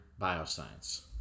bioscience